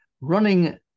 running